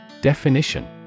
definition